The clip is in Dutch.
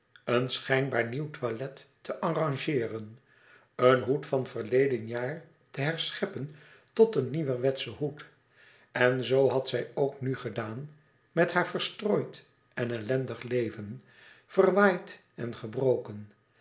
een schijnbaar nieuw toilet te arrangeeren een hoed van verleden jaar te herscheppen tot een nieuwerwetschen hoed en zoo had zij ook nu gedaan met haar verstrooid en ellendig leven verwaaid en gebroken